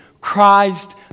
Christ